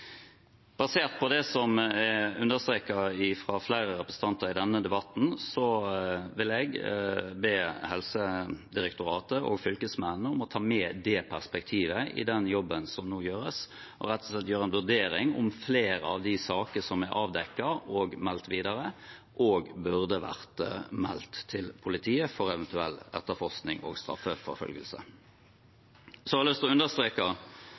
Basert på det som er understreket fra flere representanter i denne debatten, vil jeg be Helsedirektoratet og fylkesmennene om å ta med det perspektivet i den jobben som nå gjøres, og rett og slett gjøre en vurdering av om flere av de saker som er avdekket og meldt videre, også burde vært meldt til politiet for eventuell etterforskning og straffeforfølgelse. Så har jeg lyst til å understreke